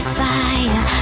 fire